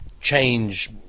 change